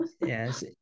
yes